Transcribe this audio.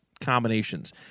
combinations